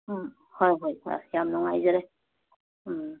ꯍꯣꯏ ꯍꯣꯏ ꯍꯣꯏ ꯌꯥꯝ ꯅꯨꯉꯥꯏꯖꯔꯦ